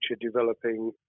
developing